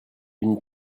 une